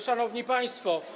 Szanowni Państwo!